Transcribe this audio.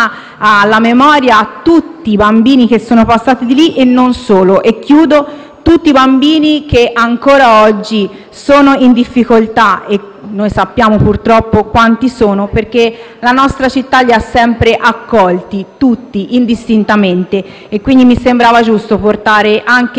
tutti i bambini che ancora oggi sono in difficoltà - sappiamo purtroppo quanti sono - perché la nostra città li ha sempre accolti tutti, indistintamente. Mi sembrava giusto portarne in quest'Aula il ricordo e far conoscere questo istituto così prezioso. *(Applausi